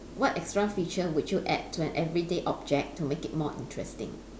what extra feature would you add to an everyday object to make it more interesting